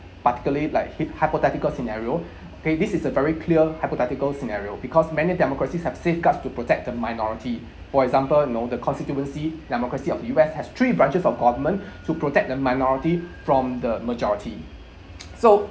particularly like hyp~ hypothetical scenario okay this is a very clear hypothetical scenario because many democracies have safeguards to protect the minority for example you know the constituency democracy of U_S has three branches of government to protect the minority from the majority so